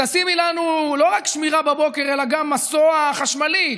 תשימי לנו לא רק שמירה בבוקר אלא גם מסוע חשמלי,